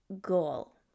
goal